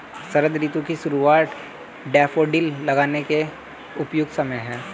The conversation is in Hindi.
शरद ऋतु की शुरुआत डैफोडिल लगाने के लिए उपयुक्त समय है